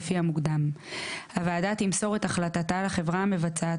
לפי המוקדם ; הוועדה תמסור את החלטתה לחברה המבצעת